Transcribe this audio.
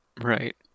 Right